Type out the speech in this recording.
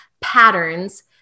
patterns